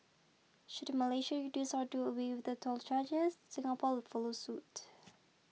should Malaysia reduce or do away with the toll charges Singapore will follow suit